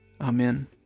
Amen